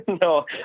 no